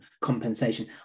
compensation